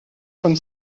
von